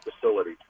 Facility